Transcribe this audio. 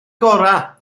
gorau